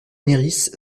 lyrisse